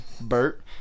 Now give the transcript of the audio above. Bert